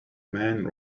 man